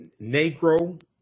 Negro